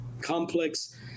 complex